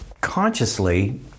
consciously